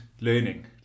learning